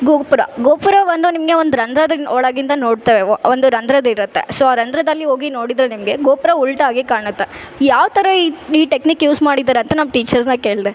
ಗೋಪುರ ಗೋಪುರವನ್ನು ನಿಮಗೆ ಒಂದು ರಂದ್ರದ ಒಳಗಿಂದ ನೋಡ್ತೇವೆ ಒಂದು ರಂದ್ರದಿರತ್ತೆ ಸೊ ಆ ರಂದ್ರದ್ಲಲಿ ಹೋಗಿ ನೋಡಿದರೆ ನಿಮಗೆ ಗೋಪುರ ಉಲ್ಟಾಗಿ ಕಾಣತ್ತೆ ಯಾವ ಥರ ಈ ಟೆಕ್ನಿಕ್ ಯೂಸ್ ಮಾಡಿದ್ದರಂತ ನಮ್ಮ ಟೀಚರ್ಸ್ನ ಕೇಳಿದೆ